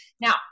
Now